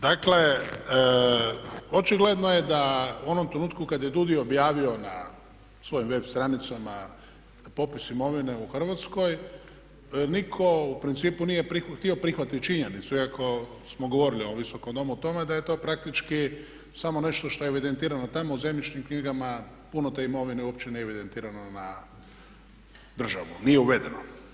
Dakle, očigledno je da u onom trenutku kad je DUUDI objavio na svojoj web stranicama popis imovine u Hrvatskoj, nitko u principu nije htio prihvatiti činjenicu iako smo govorili u Visokom domu o tome da je to praktički samo nešto što je evidentirano tamo u zemljišnim knjigama puno te imovine je uopće ne evidentirano na državu, nije uvedeno.